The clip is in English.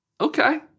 Okay